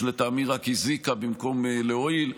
שלטעמי רק הזיקה במקום להועיל,